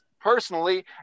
personally